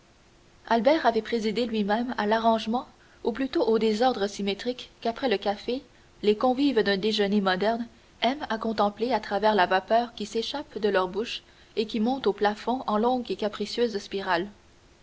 albert avait présidé lui-même à l'arrangement ou plutôt au désordre symétrique qu'après le café les convives d'un déjeuner moderne aiment à contempler à travers la vapeur qui s'échappe de leur bouche et qui monte au plafond en longues et capricieuses spirales